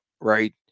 right